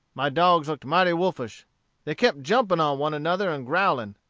my dogs looked mighty wolfish they kept jumping on one another and growling.